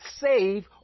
save